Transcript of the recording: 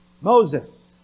Moses